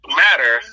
matter